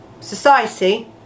Society